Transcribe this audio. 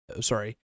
Sorry